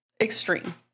extreme